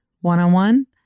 one-on-one